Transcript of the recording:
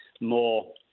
more